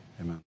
Amen